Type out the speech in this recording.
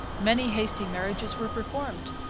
many hasty marriages were performed,